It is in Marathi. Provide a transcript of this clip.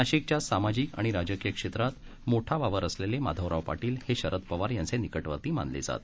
नाशिकच्या सामाजिक आणि राजकीय क्षेत्रात मोठा वावर असलेले माधवराव पाटील हे शरद पवार यांचे निकटवर्ती मानले जात